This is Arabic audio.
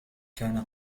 كان